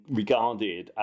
regarded